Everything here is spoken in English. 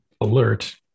alert